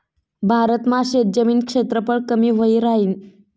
भारत मा शेतजमीन क्षेत्रफळ कमी व्हयी राहीन